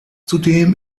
zudem